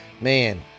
Man